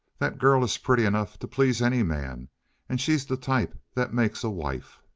that girl is pretty enough to please any man and she's the type that makes a wife.